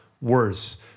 worse